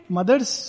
Mother's